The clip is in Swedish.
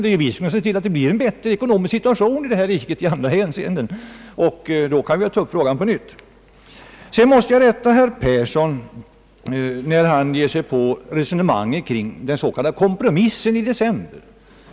Det är vi som skall se till att det blir en bättre ekonomisk situation i detta rike i alla hänseenden, Då kan vi ta upp frågan på nytt. Sedan måste jag rätta herr Persson, när han ger sig på resonemanget kring den s.k. kompromissen i december.